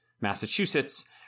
Massachusetts—